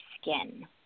skin